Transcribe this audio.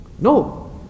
No